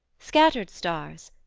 scattered stars,